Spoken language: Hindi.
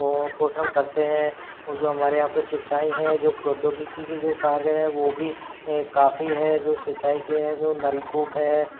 और पोषण करते हैं और जो हमारे यहाँ पर सीचाई है जो प्रौद्योगिकी के जो कार्य हैं वो भी काफ़ी है जो सीचाई के हैं जो नलकूप है